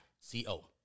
C-O